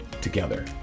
together